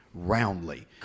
roundly